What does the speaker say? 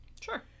Sure